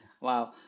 Wow